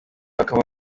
ukaba